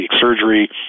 surgery